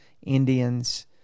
Indians